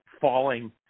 falling